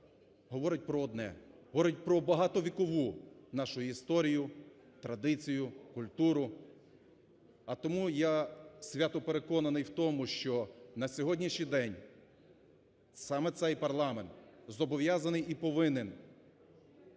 говорить про одне, говорить про багатовікову нашу історію, традицію, культуру. А тому я свято переконаний в тому, що на сьогоднішній день саме цей парламент зобов'язаний і повинен